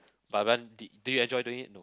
but when d~ did you enjoy doing it no